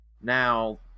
now